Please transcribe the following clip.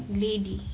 lady